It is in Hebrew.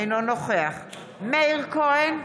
אינו נוכח מאיר כהן,